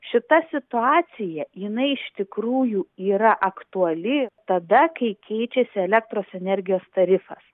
šita situacija jinai iš tikrųjų yra aktuali tada kai keičiasi elektros energijos tarifas